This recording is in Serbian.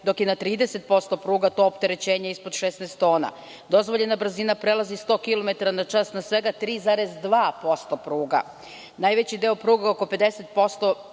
dok je na 30% pruga to opterećenje ispod 16 tona, dozvoljena brzina prelazi 100 km na svega 3,2% pruga, najveći deo pruga, oko 50%,